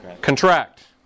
Contract